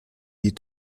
die